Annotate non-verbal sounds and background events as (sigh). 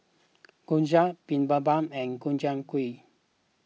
(noise) Gyoza Bibimbap and Gobchang Gui